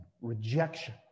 rejection